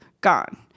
gone